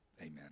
Amen